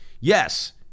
Yes